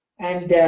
and